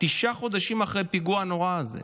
תשעה חודשים אחרי הפיגוע הנורא הזה.